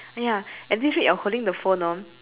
!aiya! at this rate you are holding the phone orh